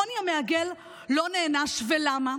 חוני המעגל לא נענש, ולמה?